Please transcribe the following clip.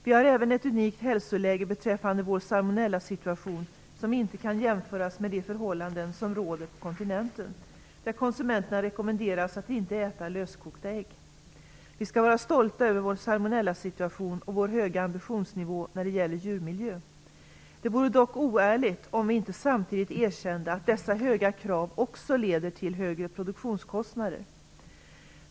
Vi har även ett unikt hälsoläge beträffande vår salmonellasituation, som inte kan jämföras med de förhållanden som råder på kontinenten, där konsumenterna rekommenderas att inte äta löskokta ägg. Vi skall vara stolta över vår salmonellasituation och vår höga ambitionsnivå när det gäller djurmiljö. Det vore dock oärligt om vi inte samtidigt erkände att dessa höga krav också leder till högre produktionskostnader.